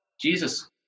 Jesus